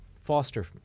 foster